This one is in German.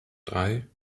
drei